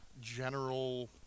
general